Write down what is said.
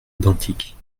identiques